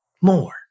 more